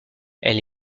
elle